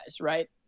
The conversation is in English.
right